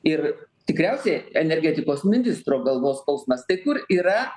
ir tikriausiai energetikos ministro galvos skausmas tai kur yra